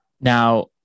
Now